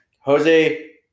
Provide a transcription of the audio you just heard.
Jose